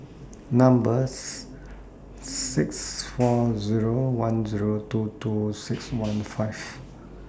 numbers six four Zero one Zero two two six one five